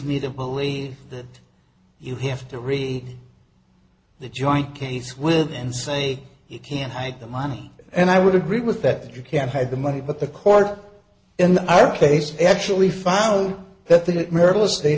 me to believe that you have to really the joint case with and say you can't hide the money and i would agree with that you can't hide the money but the court in our case actually found that the